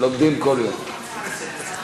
הרווחה והבריאות נתקבלה.